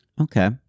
okay